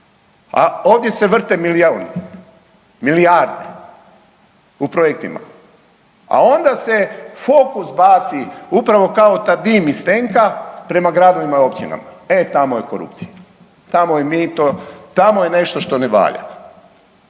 A ovdje se vrte milijuni. Milijarde. U projektima. A onda se fokus baci upravo kao taj dim iz tenka prema gradovima i općinama. E tamo je korupcija. Tamo je mito, tamo je nešto što ne valja.